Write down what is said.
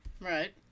Right